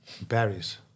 Berries